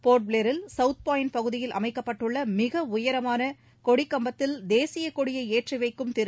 போர்ட்ப்ளேரில் south point பகுதியில் அமைக்கப்பட்டுள்ள மிக உயரமான கொடிக்கம்பத்தில் தேசியக்கொடியை ஏற்றி வைக்கும் திரு